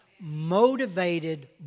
Motivated